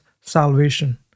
salvation